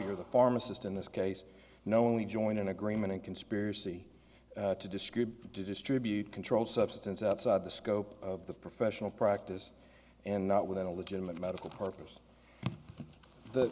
you're the pharmacist in this case knowingly join in agreement and conspiracy to describe to distribute controlled substance outside the scope of the professional practice and not without a legitimate medical purpose th